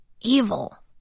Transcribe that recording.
evil